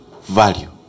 value